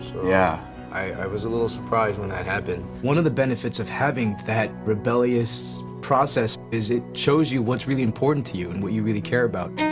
i was a little surprised when that happened. one of the benefits of having that rebellious process is it shows you what's really important to you and what you really care about.